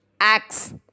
axe